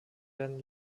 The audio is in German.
werden